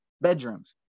bedrooms